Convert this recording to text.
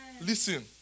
Listen